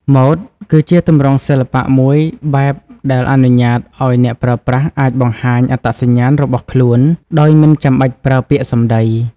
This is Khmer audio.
ម៉ូដគឺជាទម្រង់សិល្បៈមួយបែបដែលអនុញ្ញាតឲ្យអ្នកប្រើប្រាស់អាចបង្ហាញអត្តសញ្ញាណរបស់ខ្លួនដោយមិនចាំបាច់ប្រើពាក្យសំដី។